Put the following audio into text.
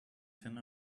can